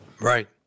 Right